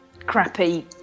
Crappy